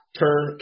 turn